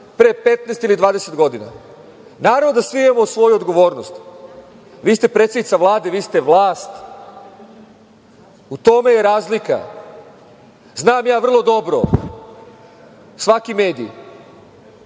pre 15 ili 20 godina? Naravno da svi imamo svoju odgovornost. Vi ste predsednica Vlade, vi ste vlast i u tome je razlika. Znam ja vrlo dobro svaki mediji.